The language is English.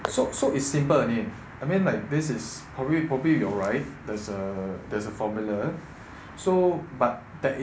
so so is simple only I mean like this is probably probably you are right there's a there's a formula so but there